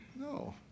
No